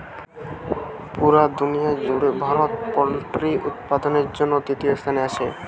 পুরা দুনিয়ার জুড়ে ভারত পোল্ট্রি উৎপাদনের জন্যে তৃতীয় স্থানে আছে